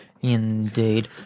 Indeed